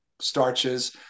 starches